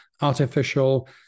artificial